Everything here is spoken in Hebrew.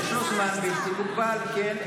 יש לו זמן בלתי מוגבל, כן.